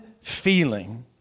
feeling